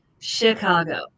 Chicago